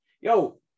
yo